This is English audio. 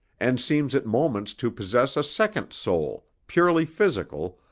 and seems at moments to possess a second soul, purely physical,